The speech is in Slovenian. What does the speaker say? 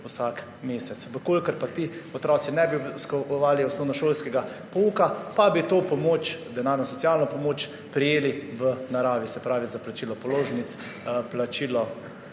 vsak mesec. Če ti otroci ne bi obiskovali osnovnošolskega pouka, pa bi to denarno socialno pomoč prejeli v naravi, se pravi za plačilo položnic, plačilo